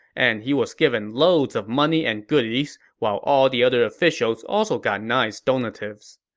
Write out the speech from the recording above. and he was given loads of money and goodies, while all the other officials also got nice donatives.